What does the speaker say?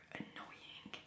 annoying